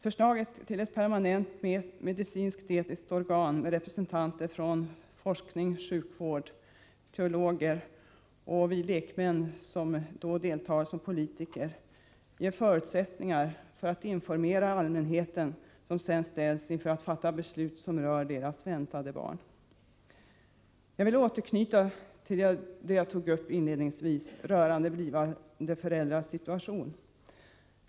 Förslaget till ett permanent medicinsk-etiskt organ med representanter från forskning, sjukvård, för teologer och oss lekmän, som då deltar som politiker, ger förutsättningar för att informera allmänheten, som sedan ställs inför att fatta beslut som rör deras väntade barn. Jag vill återknyta till det som jag tog upp inledningsvis rörande blivande föräldrars situation.